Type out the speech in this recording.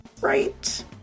right